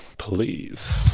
please